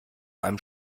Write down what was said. einem